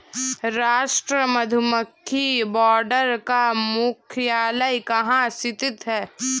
राष्ट्रीय मधुमक्खी बोर्ड का मुख्यालय कहाँ स्थित है?